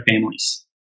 families